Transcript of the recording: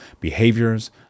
behaviors